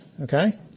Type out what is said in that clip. Okay